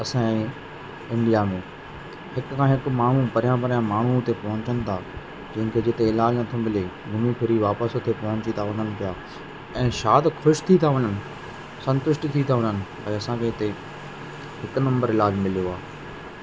असांजे इंडिया में हिक खां हिकु माण्हूं परियां परियां माण्हू उते पहुचनि था जंहिंखे जिते इलाजु न थो मिले घुमी फिरी वापसि उते पहुची था वञनि पिया ऐं छा त ख़ुशि थी था वञनि संतुष्ट थी था वञनि भाई असांखे हिते हिकु नंबर इलाजु मिलियो आहे